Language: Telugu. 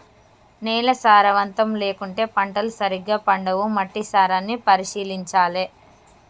నేల సారవంతం లేకుంటే పంటలు సరిగా పండవు, మట్టి సారాన్ని పరిశీలించాలె